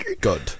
good